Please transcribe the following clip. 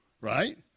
right